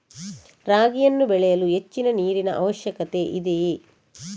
ರಾಗಿಯನ್ನು ಬೆಳೆಯಲು ಹೆಚ್ಚಿನ ನೀರಿನ ಅವಶ್ಯಕತೆ ಇದೆಯೇ?